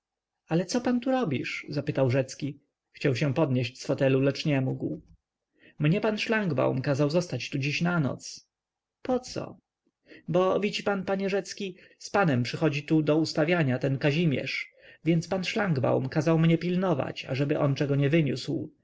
ale co pan tu robisz zapytał rzecki chciał się podnieść z fotelu lecz nie mógł mnie pan szlangbaum kazał zostać tu dziś na noc poco bo widzi pan panie rzecki z panem przychodzi tu do ustawiania ten kazimierz więc pan szlangbaum kazał mnie pilnować ażeby on czego nie wyniósł